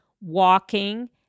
walking